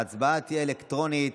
ההצבעה תהיה אלקטרונית.